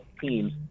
teams